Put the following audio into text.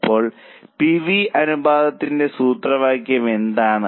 അപ്പോൾ P V അനുപാതത്തിന്റെ സൂത്രവാക്യം എന്താണ്